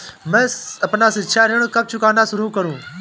मैं अपना शिक्षा ऋण कब चुकाना शुरू करूँ?